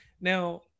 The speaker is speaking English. Now